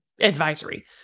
advisory